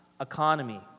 Economy